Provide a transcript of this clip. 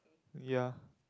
ya